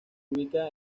ubica